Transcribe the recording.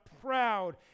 proud